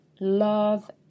love